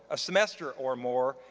a semester or more,